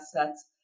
assets